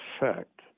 effect